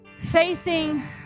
facing